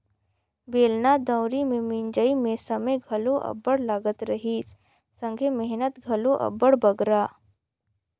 बेलना दउंरी मे मिंजई मे समे घलो अब्बड़ लगत रहिस संघे मेहनत घलो अब्बड़ बगरा